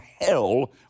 hell